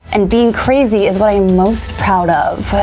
and being crazy is what i'm most proud of,